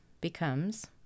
becomes